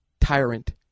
tyrant